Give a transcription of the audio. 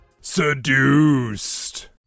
seduced